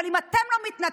אבל אם אתם לא מתנצלים,